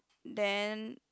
then